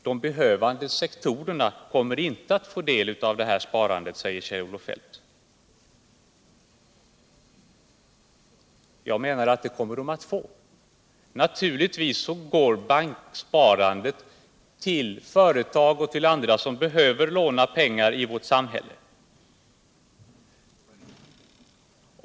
De behövande sektorerna kommer inte att få del av detta sparande, säger Kjell-Olof Feldt. Jag menar att de kommer att få det. Naturligtvis går banksparandet till företag och andra som behöver låna pengar i vårt samhälle.